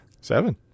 seven